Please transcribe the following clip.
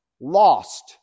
Lost